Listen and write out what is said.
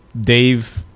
Dave